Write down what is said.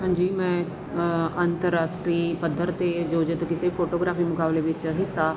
ਹਾਂਜੀ ਮੈਂ ਅੰਤਰ ਰਾਸ਼ਟਰੀ ਪੱਧਰ 'ਤੇ ਆਯੋਜਿਤ ਕਿਸੇ ਫੋਟੋਗ੍ਰਾਫੀ ਮੁਕਾਬਲੇ ਵਿੱਚ ਹਿੱਸਾ